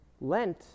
Lent